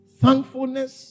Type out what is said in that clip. thankfulness